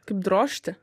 kaip drožti